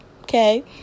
Okay